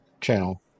channel